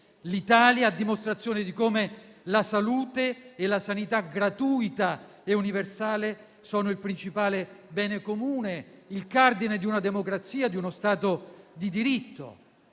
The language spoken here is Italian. l'Italia, a dimostrazione di come la salute e la sanità gratuita e universale siano il principale bene comune, il cardine di una democrazia e di uno Stato di diritto.